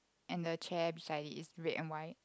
and the chair beside it is red and white